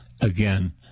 again